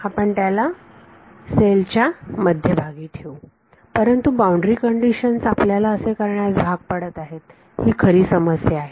आपण त्याला सेल च्या मध्यभागी ठेवू परंतु बाउंड्री कंडिशन्स आपल्याला असे करण्यास भाग पडत आहेत ही खरी समस्या आहे